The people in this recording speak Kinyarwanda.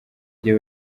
gihe